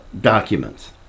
documents